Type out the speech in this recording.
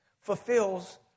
fulfills